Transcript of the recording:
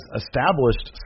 established